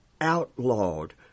outlawed